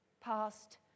Past